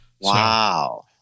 wow